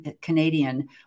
Canadian